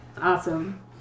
Awesome